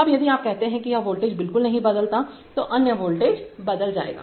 अब यदि आप कहते हैं कि यह वोल्टेज बिल्कुल नहीं बदलता है तो अन्य वोल्टेज बदल जाएगा